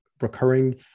recurring